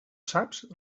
saps